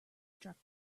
struck